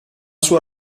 suo